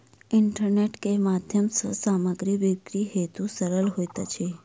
internet के माध्यम सँ सामग्री बिक्री बहुत सरल होइत अछि